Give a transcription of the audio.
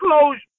closure